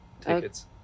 tickets